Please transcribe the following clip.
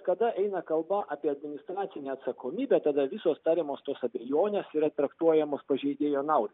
kada eina kalba apie administracinę atsakomybę tada visos tariamos tos abejonės yra traktuojamos pažeidėjo naudai